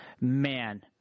man